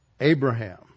Abraham